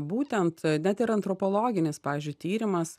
būtent net ir antropologinis pavyzdžiui tyrimas